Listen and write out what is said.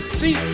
see